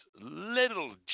Little